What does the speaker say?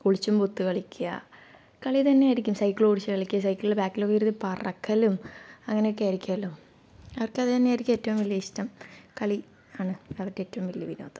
ഒളിച്ചും പൊത്ത് കളിക്കുക കളി തന്നെ ആയിരിക്കും സൈക്കിളോടിച്ച് കളിക്കുക സൈക്കിളിൻ്റെ ബാക്കിലൊക്കെ ഇരുന്ന് പറക്കലും അങ്ങനെയൊക്കെ ആരിക്കുമല്ലൊ അവർക്കത് തന്നെയായിരിക്കും ഏറ്റവും വലിയ ഇഷ്ടം കളി ആണ് അവരുടെ ഏറ്റവും വലിയ വിനോദം